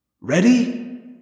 Ready